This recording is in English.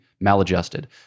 maladjusted